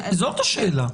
זאת השאלה.